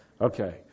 Okay